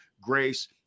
Grace